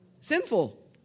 sinful